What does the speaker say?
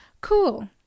cool